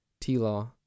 T-Law